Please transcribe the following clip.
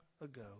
ago